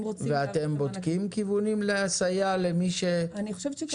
אם רוצים --- ואתם בודקים כיוונים לסייע למי שהוא